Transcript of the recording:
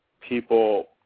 people